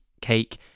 cake